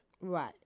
Right